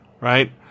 right